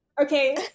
okay